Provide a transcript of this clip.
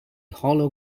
hollow